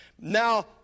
Now